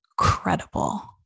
incredible